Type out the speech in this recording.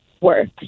work